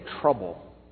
trouble